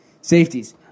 Safeties